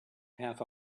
half